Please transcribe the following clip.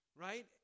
right